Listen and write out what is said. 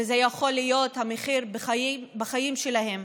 וזה יכול להיות מחיר החיים שלהן,